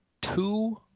two